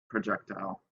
projectile